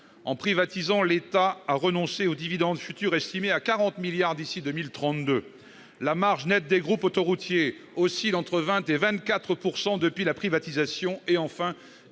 En privatisant, l'État a renoncé aux dividendes futurs estimés à 40 milliards d'euros d'ici à 2032. La marge nette des groupes autoroutiers oscille entre 20 % et 24 % depuis la privatisation. Enfin,